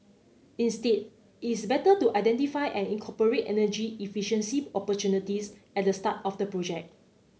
instead it's better to identify and incorporate energy efficiency opportunities at the start of the project